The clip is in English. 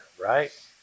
Right